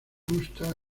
robusta